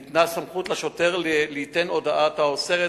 ניתנה סמכות לשוטר ליתן הודעה האוסרת